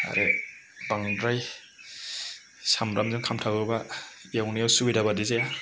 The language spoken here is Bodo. आरो बांद्राय सामब्रामजों खामथाबोब्ला एवनायाव सुबिदाबायदि जाया